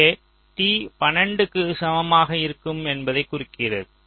இங்கே t 12 க்கு சமமாக இருக்கம் என்பதை குறிக்கிறது